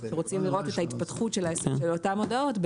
שרוצים לראות את ההתפתחות של אותן הודעות,